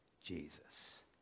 Jesus